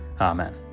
Amen